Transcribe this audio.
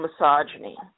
misogyny